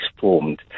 formed